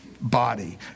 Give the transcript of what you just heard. body